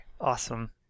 Awesome